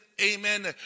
Amen